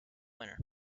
winner